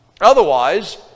Otherwise